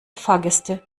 fahrgäste